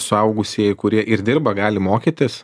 suaugusieji kurie ir dirba gali mokytis